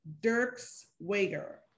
Dirks-Wager